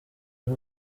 y’u